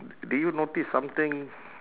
do you notice something